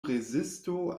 rezisto